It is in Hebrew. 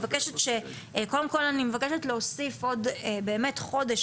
קודם כל אני מבקשת להוסיף עוד באמת חודש